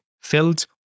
filled